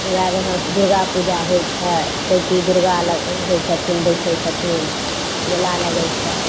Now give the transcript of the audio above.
हमरा इहाँ दुर्गापूजा होइ छै चैती दुर्गा होइ छथिन बैठै छथिन मेला लगै छै